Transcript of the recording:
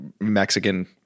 Mexican